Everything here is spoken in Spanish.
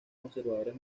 conservadores